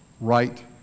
right